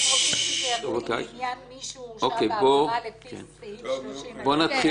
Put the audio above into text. --- רוצים שזה יחול לעניין מישהו שהורשע בעבירה לפי סעיף --- לא,